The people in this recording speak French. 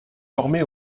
formé